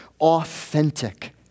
Authentic